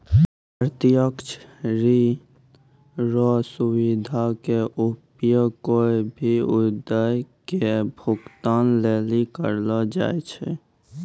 प्रत्यक्ष ऋण रो सुविधा के उपयोग कोय भी उद्देश्य के भुगतान लेली करलो जाय छै